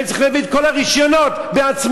צריכים להביא את כל הרישיונות בעצמם?